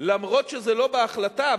אומנם זה לא בהחלטה,